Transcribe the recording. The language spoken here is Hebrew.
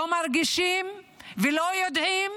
לא מרגישים ולא יודעים,